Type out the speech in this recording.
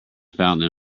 fountain